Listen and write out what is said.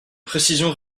précision